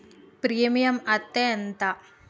Premium అత్తే ఎంత?